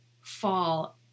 fall